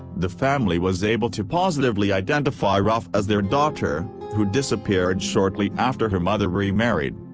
the family was able to positively identify ruff as their daughter, who disappeared shortly after her mother remarried.